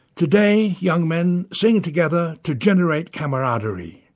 today young men sing together to generate camaraderie,